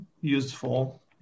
useful